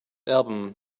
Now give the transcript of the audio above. album